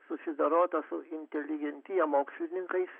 susidorota su inteligentija mokslininkais